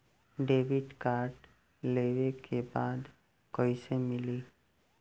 Debit card लेवे के बा कईसे मिली?